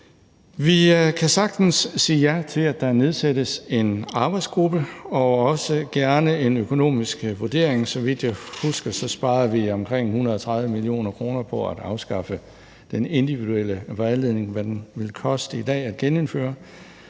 Vi kan sagtens sige ja til, at der nedsættes en arbejdsgruppe og også til, at der kommer en økonomisk vurdering. Så vidt jeg husker, sparede vi omkring 130 mio. kr. på at afskaffe den individuelle vejledning. Hvad den ville koste i dag at gennemføre,